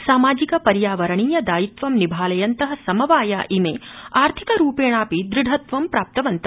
सामाजिक पर्यावरणीय दायित्वं निभालयन्त समवाया इमे आर्थिकरूपेणापि दृढत्वं प्राप्तवन्त